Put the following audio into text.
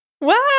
Wow